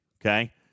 Okay